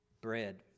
bread